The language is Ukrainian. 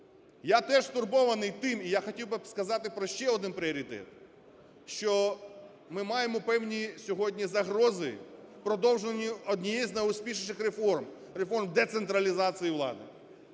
Я теж стурбований тим, я хотів би сказати про ще один пріоритет, що ми маємо певні сьогодні загрози продовженню однієї з найуспішніших реформ – реформ децентралізації влади.